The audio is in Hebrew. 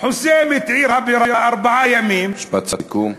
חוסם את עיר הבירה ארבעה ימים, משפט סיכום.